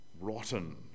rotten